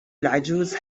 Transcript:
العجوز